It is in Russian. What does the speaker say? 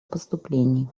поступлений